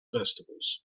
festivals